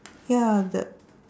ya the